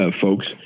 folks